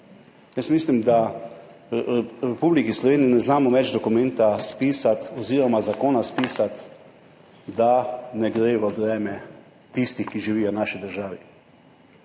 Jaz mislim, da v Republiki Sloveniji ne znamo več dokumenta oziroma zakona spisati, da ne gre v breme tistih, ki živijo v naši državi.